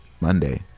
monday